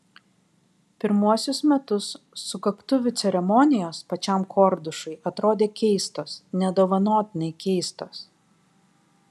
pirmuosius metus sukaktuvių ceremonijos pačiam kordušui atrodė keistos nedovanotinai keistos